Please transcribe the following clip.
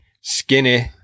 skinny